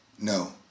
No